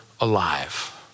alive